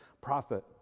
prophet